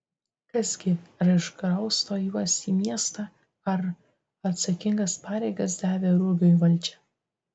kas gi ar iškrausto juos į miestą ar atsakingas pareigas davė rugiui valdžia